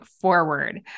forward